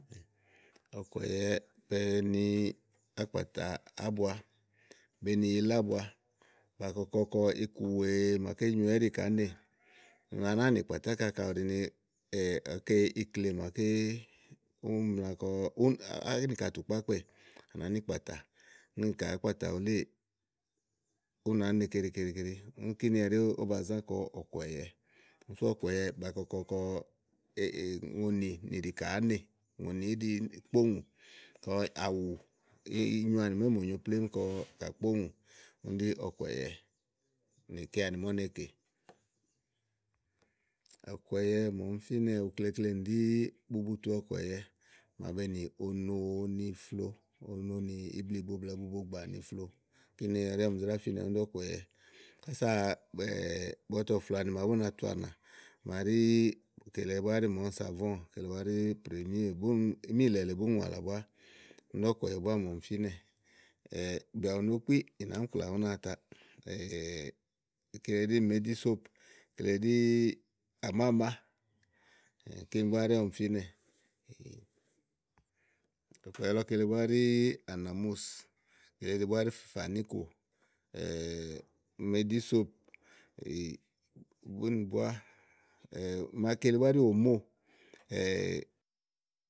ɔ̀kùɛ̀yɛ bèe ni àkpàtà ábua, be ni yila ábua kà kɔkɔ kɔ iku wèe màa ké nyowɛ ɛ́ɖì kàá nè. ùŋò màa nàáa nì kpàtà ákà kayi ù ɖi ni èé ke íkle màaké úni mla kɔ, ún éènìkàtù kpàá, à nàá ni kpàtà úni ka àá kpàtà wuléè ú nàá ne keɖe keɖe keɖe úni ɛɖí ówó ba zã kɔ ɔ̀kùɛ̀yɛ. úni sú ɔ̀kùɛ̀yɛ, bàa kɔkɔ kɔ ùŋonì nìɖìkà aánɛ ùŋonì i ìɖi kpóŋúú, kɔ àwù inyoa nì màa ówó bòo nyo plémú kɔ kà kpòŋù. úni ɖí ɔ̀kùɛ̀yɛ nìkeanì màa ú ne kè. ɔ̀kùɛ̀yɛ màa ɔmi fínɛ ukleklenì ɖí bubutu ɔ̀kùɛ̀yɛ màa be nì ono ni flo, ono nì ìbliìbo blɛ́ɛ bubogbà ni flo. Kíni ɛɖí ɔmi zrá fínɛ̀ úni ɖí ɔ̀kùɛ̀yɛ. Kása bɔtɔflòo àni màa bú na tu anà màa ɖí kele búá ɖí mɔ̃ɔ̃ savɔ̃ɔ̃ kele búá ɖí prémíè búni míìlɛ lèe búni ŋùàlã búá úni ɖí ɔ̀kùɛ̀yɛ búá màa ɔmi fínɛ bìà bù no kpí nàáá mi klà únáa ta kele ɖi mèéɖí sóòp kele ɖí àmámàá. kíni búá ɖi ɔmi fínɛ ɔ̀kùɛ̀yɛ lɔ kile búá ɖí ànàmúùs, kele búá ɖi fàníkò mèédi sòóp bú ni búá màa kele búá ɖí òmóo.